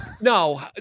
No